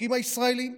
החוקים הישראליים,